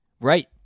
Right